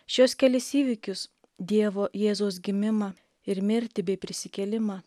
šiuos kelis įvykius dievo jėzaus gimimą ir mirtį bei prisikėlimą